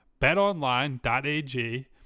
betonline.ag